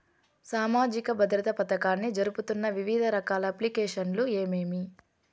సామాజిక భద్రత పథకాన్ని జరుపుతున్న వివిధ రకాల అప్లికేషన్లు ఏమేమి?